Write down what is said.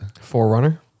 Forerunner